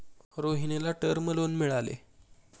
रोहिणीला term loan मिळाले